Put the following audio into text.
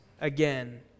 again